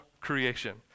creation